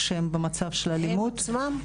כשהם במצב של אלימות.